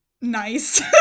nice